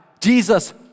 Jesus